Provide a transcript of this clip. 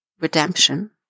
redemption